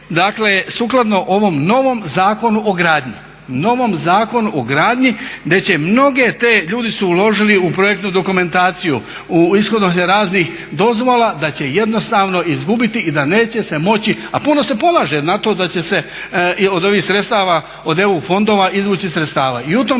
Zakonu o gradnji, novom o Zakonu o gradnji gdje će mnoge te, ljudi su uložili u projektu dokumentaciju, u ishođenju radnih dozvola, da će jednostavno izgubiti i da neće se moći a puno se pomaže na to da će se od ovih sredstava od EU fondova izvući sredstava izvući